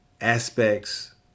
aspects